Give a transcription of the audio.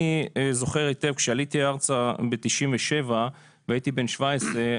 אני זוכר היטב כשעליתי ארצה ב-1997 והייתי בן 17,